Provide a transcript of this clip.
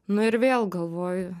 nu ir vėl galvoju